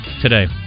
today